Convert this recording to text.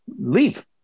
leave